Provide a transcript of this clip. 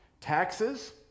Taxes